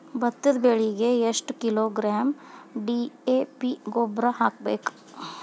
ಭತ್ತದ ಬೆಳಿಗೆ ಎಷ್ಟ ಕಿಲೋಗ್ರಾಂ ಡಿ.ಎ.ಪಿ ಗೊಬ್ಬರ ಹಾಕ್ಬೇಕ?